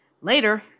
Later